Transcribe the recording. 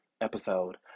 episode